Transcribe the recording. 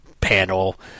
panel